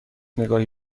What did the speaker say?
نگاهی